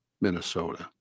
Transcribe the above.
Minnesota